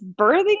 birthing